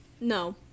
No